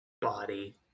body